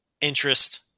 interest